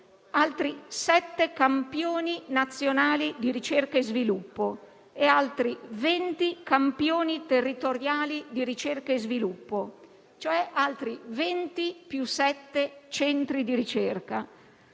altri sette campioni nazionali di ricerca e sviluppo e altri venti campioni territoriali di ricerca e sviluppo - cioè altri 20 più sette centri di ricerca,